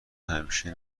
همیشه